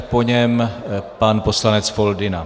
Po něm poslanec Foldyna.